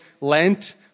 Lent